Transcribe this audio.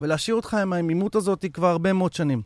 ולהשאיר אותך עם העמימות הזאת כבר הרבה מאות שנים